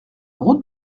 route